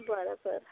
बरं बरं